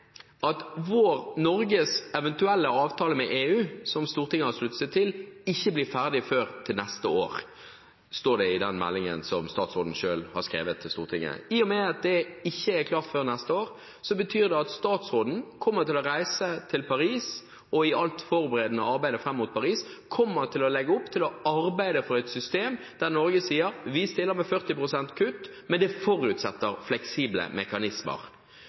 at Norges eventuelle avtale med EU, som Stortinget har sluttet seg til, ikke blir ferdig før til neste år – som det står i meldingen som statsråden selv har skrevet til Stortinget – betyr det at statsråden kommer til å reise til Paris og i alt forberedende arbeid fram mot Paris legger opp til å arbeide for et system der vi sier at Norge stiller med 40 pst. kutt, men det forutsetter fleksible